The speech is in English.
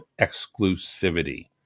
exclusivity